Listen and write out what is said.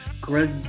Greg